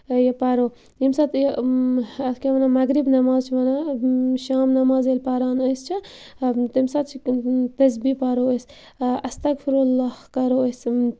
یہِ پَرو ییٚمہِ ساتہٕ یہِ اَتھ کیاہ وَنان مَغرِب نٮ۪ماز چھِ وَنان شام نٮ۪ماز ییٚلہِ پَران أسۍ چھِ تَمہِ ساتہٕ چھِ تسبیح پَرو أسۍ اَستغفر اللہ کَرو أسۍ